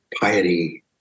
piety